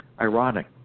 ironic